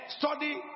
study